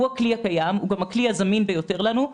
שהוא גם הכלי הזמין ביותר לנו,